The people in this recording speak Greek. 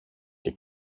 και